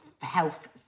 health